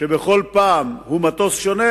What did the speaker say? שבכל פעם הוא מטוס שונה,